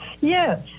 Yes